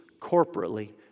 corporately